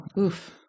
Oof